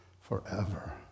forever